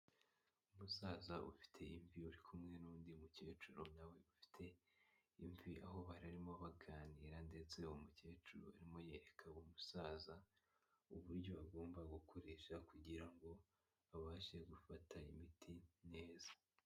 Umusaza ufite imvi uri kumwe n'undi mukecuru nawe ufite imvi aho bari barimo baganira ndetse uwo mukecuru arimo yereka umusaza uburyo agomba gukoresha kugira ngo abashe gufata imiti neza.